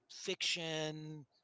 fiction